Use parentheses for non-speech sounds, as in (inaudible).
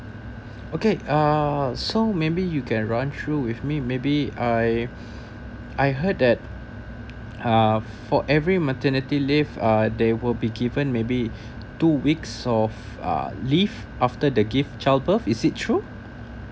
okay uh so maybe you can run through with me maybe I (breath) I heard that uh for every maternity leave uh they will be given maybe two weeks of uh leave after they give child birth is it true